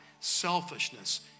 selfishness